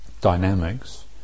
dynamics